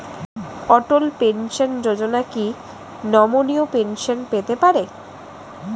অটল pension যোজনা কি নমনীয় পেনশন পেতে পারে?